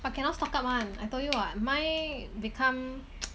but cannot stock up one I told you what mine become